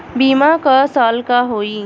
बीमा क साल क होई?